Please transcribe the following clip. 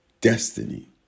destiny